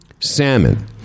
salmon